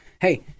hey